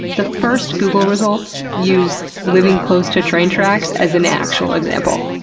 the first google results use living close to train tracks as an actual example.